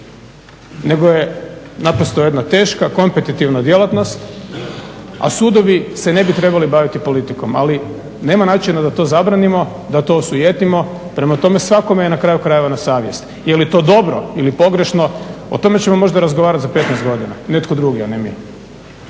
nego je naprosto jedna teška kompetitivna djelatnost a sudovi se ne bi trebali baviti politikom ali nema načina da to zabranimo, da to osujetimo. Prema tome, svakome je na kraju krajeva na savjesti. Jel' je to dobro ili pogrešno o tome ćemo možda razgovarati za 15 godina netko drugi a ne mi.